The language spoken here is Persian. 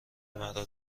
مرا